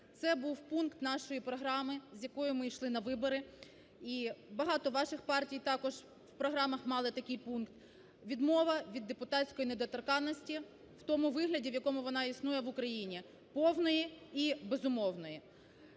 Це був пункт нашої програми з якою ми йшли на вибори і багато ваших партій також в програмах мали такий пункт, відмова від депутатської недоторканності в тому вигляді, в якому вона існує в України, повної і безумовної.